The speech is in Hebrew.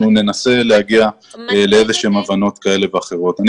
ננסה להגיע לאיזה שהן הבנות כאלה ואחרות.